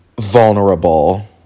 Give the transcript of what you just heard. vulnerable